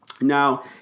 Now